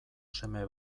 seme